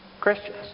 Christians